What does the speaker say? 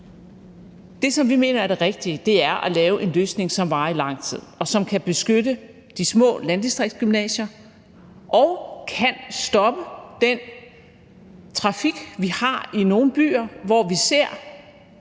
som vi mener er det rigtige, er at lave en løsning, som varer i lang tid, som kan beskytte de små landdistriktsgymnasier, og som kan stoppe den trafik, vi har i nogle byer, hvor vi ser